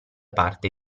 parte